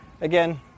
again